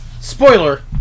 spoiler